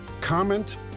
comment